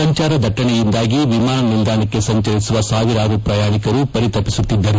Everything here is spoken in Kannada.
ಸಂಚಾರ ದಟ್ಟಣೆಯಿಂದಾಗಿ ವಿಮಾನ ನಿಲ್ದಾಣಕ್ಕೆ ಸಂಚರಿಸುವ ಸಾವಿರಾರು ಪ್ರಯಾಣಿಕರು ಪರಿತಪಿಸುತ್ತಿದ್ದರು